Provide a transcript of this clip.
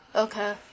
Okay